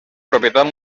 propietat